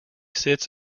sits